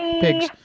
pigs